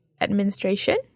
administration